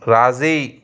राज़ी